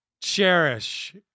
Cherish